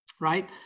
right